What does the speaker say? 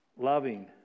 Loving